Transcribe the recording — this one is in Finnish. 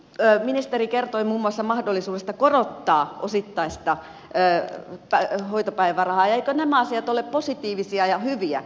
ministeri kertoi muun muassa mahdollisuudesta korottaa osittaista hoitopäivärahaa ja eivätkö nämä asiat ole positiivisia ja hyviä